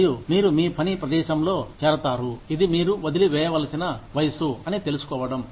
మరియు మీరు మీ పని ప్రదేశంలో చేరతారు ఇది మీరు వదిలి వేయవలసిన వయసు అని తెలుసుకోవడం